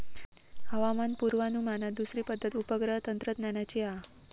हवामान पुर्वानुमानात दुसरी पद्धत उपग्रह तंत्रज्ञानाची हा